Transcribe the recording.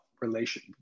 relation